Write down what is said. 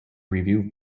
review